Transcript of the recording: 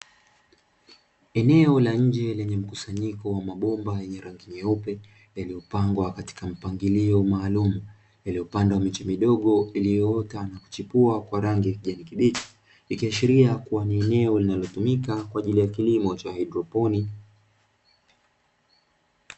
Eneo la njee lenye mkusanyiko wa mabomba yenye rangi nyeupe yaliyopangwa katika mpangilio maalumu, yaliyopandwa miche midogo iliyoota na kuchipua kwa rangi ya kijani kibichi, ikiashiria kuwa ni eneo linalotumika kwa kilimo cha haidroponi .